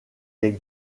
les